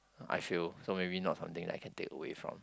I feel so maybe not something I can take away from